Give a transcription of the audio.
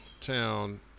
town